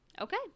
Okay